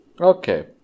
Okay